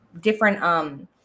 different